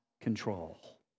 control